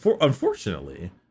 unfortunately